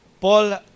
Paul